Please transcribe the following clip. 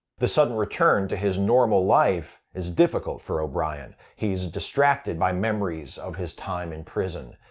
the sudden return to his normal life is difficult for o'brien. he's distracted by memories of his time in prison.